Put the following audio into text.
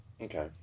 okay